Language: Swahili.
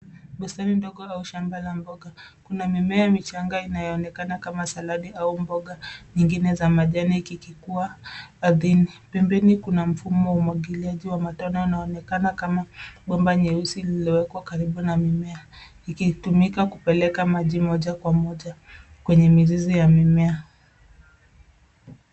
Mistari ndogo au shamba la mboga. Kuna mimea ambayo inaonekana kama saladi au mboga nyingine za majani kikikua ardhini. Pembeni kuna mfumo wa umwagiliaji wa matone yanaonekana kama bomba nyeusi lililowekwa karibu na mimea, ikitumika kupeleka maji moja kwa moja kwenye mizizi ya mimea.